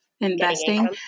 investing